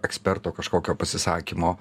eksperto kažkokio pasisakymo